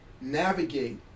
navigate